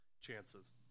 chances